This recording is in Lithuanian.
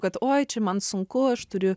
kad oi čia man sunku aš turiu